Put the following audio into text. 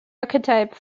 archetype